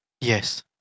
Yes